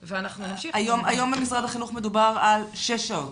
--- היום במשרד החינוך מדובר על שש שעות?